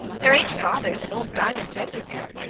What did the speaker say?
there ain't fathers and old diamonds everywhere.